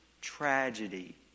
tragedy